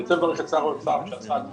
אני רוצה לברך את שר האוצר שעשה דבר